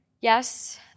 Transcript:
yes